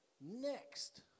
next